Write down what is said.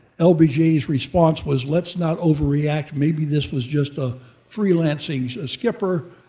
ah lbj's response was let's not over-react. maybe this was just a freelancing skipper.